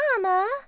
Mama